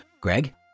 Greg